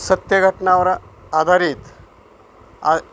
सत्यघटनावर आधारित आ